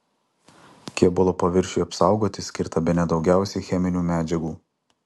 kėbulo paviršiui apsaugoti skirta bene daugiausiai cheminių medžiagų